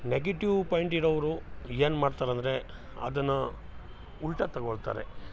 negative point ಇರೋವ್ರು ಏನು ಮಾಡ್ತಾರಂದರೆ ಅದನ್ನು ಉಲ್ಟಾ ತೊಗೊಳ್ತಾರೆ